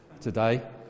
today